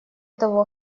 того